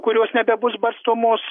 kurios nebebus barstomos